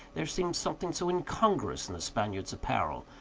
there seemed something so incongruous in the spaniard's apparel,